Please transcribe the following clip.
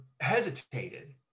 hesitated